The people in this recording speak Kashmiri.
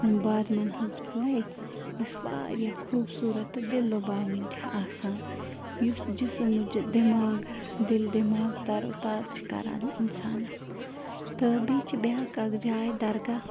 بادمن ہںٛز پھٕلے یُس وارِیاہ خوٗبصوٗرت تہِ دِل لُباوٕنۍ چھِ آسان یُس جِسم دِماغ دِل دِماغ تَر و تازٕ چھِ کَران اِنسانس تہٕ بیٚیہِ چھِ بیاکھ اَکھ جاے درگاہ